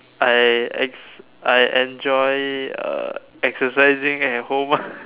I ex I enjoy uh exercising at home ah